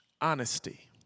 honesty